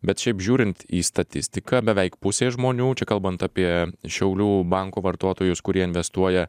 bet šiaip žiūrint į statistiką beveik pusė žmonių čia kalbant apie šiaulių banko vartotojus kurie investuoja